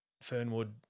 Fernwood